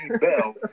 bell